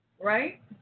Right